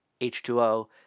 H2O